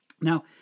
Now